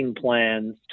plans